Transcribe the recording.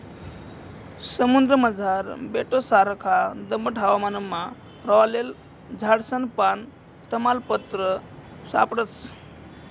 समुद्रमझार बेटससारखा दमट हवामानमा लॉरेल झाडसनं पान, तमालपत्र सापडस